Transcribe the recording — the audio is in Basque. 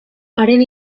haren